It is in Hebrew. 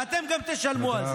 ואתם גם תשלמו על זה.